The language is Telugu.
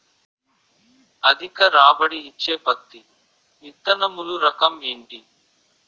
అధిక రాబడి ఇచ్చే పత్తి విత్తనములు రకం ఏంటి?